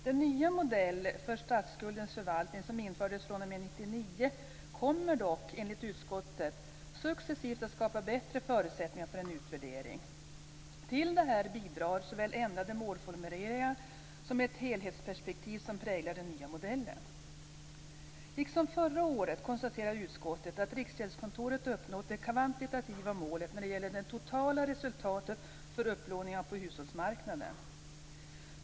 Den nya modell för statsskuldens förvaltning som infördes fr.o.m. 1999 kommer dock enligt utskottet successivt att skapa bättre förutsättningar för en utvärdering. Till detta bidrar såväl ändrade målformuleringar som ett helhetsperspektiv som präglar den nya modellen. Liksom förra året konstaterar utskottet att Riksgäldskontoret uppnått det kvantitativa målet när det gäller det totala resultatet för upplåningar på hushållsmarknaden.